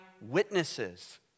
witnesses